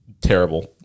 terrible